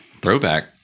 Throwback